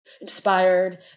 inspired